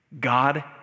God